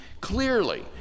clearly